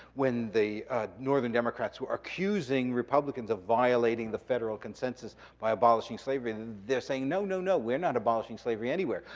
when the northern democrats who are accusing republicans of violating the federal consensus by abolishing slavery. and they're saying, no, no, no, we're not abolishing slavery anywhere.